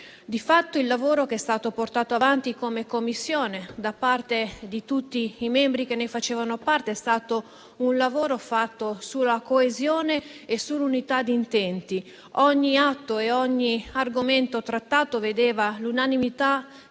Di fatto, il lavoro che è stato portato avanti come Commissione da parte di tutti coloro che ne sono stati membri è stato un lavoro fatto sulla coesione e sull'unità di intenti. Ogni atto e ogni argomento trattato vedeva infatti l'unanimità